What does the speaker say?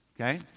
Okay